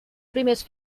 primers